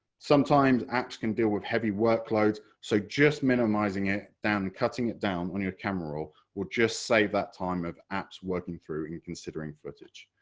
sometimes apps can't deal with heavy workloads, so just minimising it down, cutting it down on your camera roll will just save that time of apps working through and considering footage.